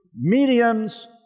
mediums